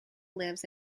lives